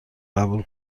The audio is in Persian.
قبول